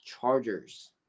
Chargers